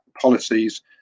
policies